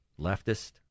Leftist